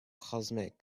cosmic